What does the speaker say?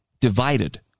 divided